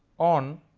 on